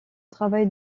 travail